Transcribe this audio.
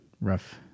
rough